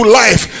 life